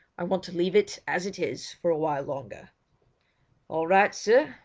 i want to leave it as it is for a while longer all right sir.